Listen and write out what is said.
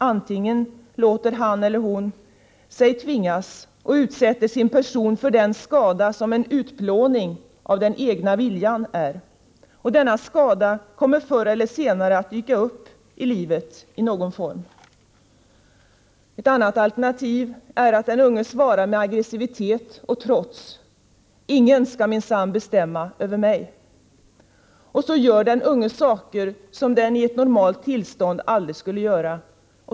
Antingen låter han lätt sig tvingas och utsätter sin person för den skada som en utplåning av den egna viljan är — denna skada kommer förr eller senare i livet att dyka upp i någon form — eller också svarar den unge med aggressivitet och trots. Ingen skall minsann bestämma över mig! Och så gör den unge saker som han i ett normalt tillstånd aldrig skulle göra.